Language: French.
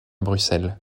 bruxelles